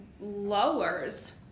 lowers